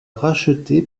racheté